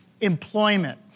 employment